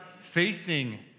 facing